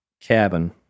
cabin